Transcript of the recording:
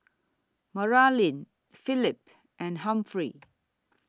Maralyn Phillip and Humphrey